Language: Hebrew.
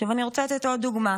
עכשיו אני רוצה לתת עוד דוגמה.